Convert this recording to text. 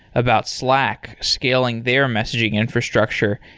about slack, scaling their messaging infrastructure.